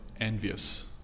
envious